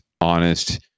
honest